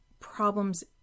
problems